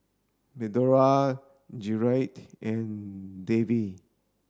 Medora Gerrit and Davie